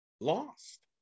lost